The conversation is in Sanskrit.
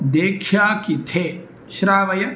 देख्या किथे श्रावय